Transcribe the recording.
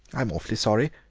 i'm awfully sorry.